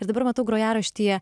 ir dabar matau grojaraštyje